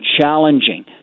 challenging